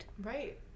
Right